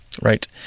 Right